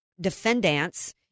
defendants